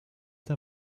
der